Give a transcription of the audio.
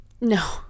No